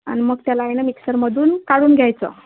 अन् मग त्याला ए ना मिक्सरमधून काढून घ्यायचं